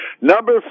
Number